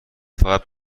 فقط